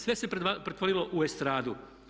Sve se pretvorilo u estradu.